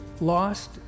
lost